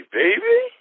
baby